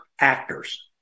actors